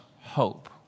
hope